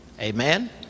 amen